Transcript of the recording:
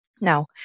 Now